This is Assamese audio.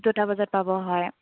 দুটা বজাত পাব হয়